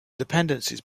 dependencies